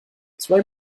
zwei